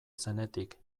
zenetik